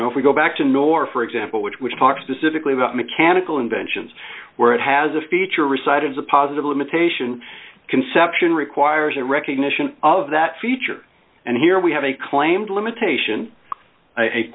know if we go back to nor for example which which talk specifically about mechanical inventions where it has a feature recitals a positive limitation conception requires a recognition of that feature and here we have a claimed limitation